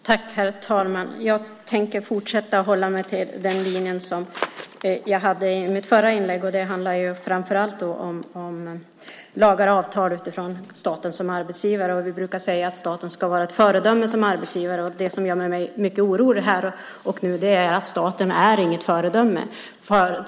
Herr talman! Jag tänker fortsätta på den linje som jag hade i mitt förra inlägg. Det handlar framför allt om lagar och avtal när staten är arbetsgivare. Staten ska vara ett föredöme som arbetsgivare. Det som nu gör mig orolig är att staten inte är något föredöme.